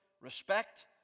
Respect